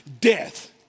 death